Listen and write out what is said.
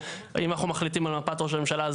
זה לא המילה שאם אנחנו מחליטים על מפת ראש הממשלה זה